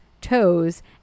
toes